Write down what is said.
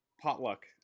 Potluck